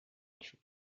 xup